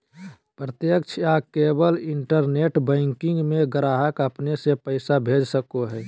प्रत्यक्ष या केवल इंटरनेट बैंकिंग में ग्राहक अपने से पैसा भेज सको हइ